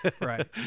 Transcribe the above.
Right